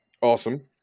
Awesome